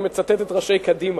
אני מצטט את ראשי קדימה.